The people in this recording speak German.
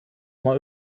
mal